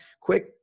quick